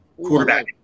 quarterback